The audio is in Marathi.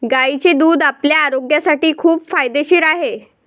गायीचे दूध आपल्या आरोग्यासाठी खूप फायदेशीर आहे